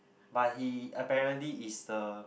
but he apparently is the